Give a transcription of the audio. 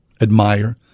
admire